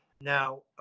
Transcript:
Now